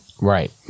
Right